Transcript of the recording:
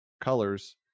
colors